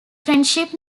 friendship